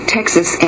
Texas